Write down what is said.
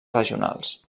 regionals